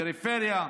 הפריפריה,